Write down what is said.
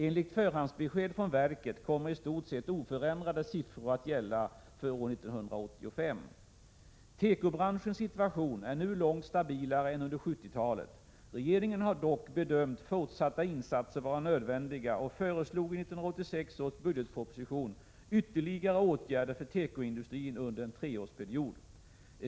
Enligt förhandsbesked från verket kommer i stort sett oförändrade siffror att gälla för år 1985. Tekobranschens situation är nu långt stabilare än under 1970-talet. Regeringen har dock bedömt fortsatta insatser vara nödvändiga och föreslog i 1986 års budgetproposition ytterligare åtgärder för tekoindustrin under en treårsperiod.